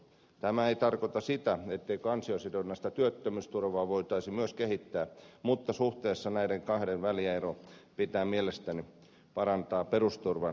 tämä ei tarkoita sitä etteikö ansiosidonnaista työttömyysturvaa voitaisi myös kehittää mutta suhteessa näiden kahden välistä eroa pitää mielestäni parantaa perusturvan eduksi